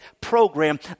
program